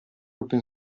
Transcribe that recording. open